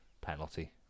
penalty